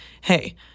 hey